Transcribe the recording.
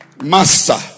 Master